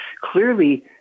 clearly